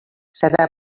serà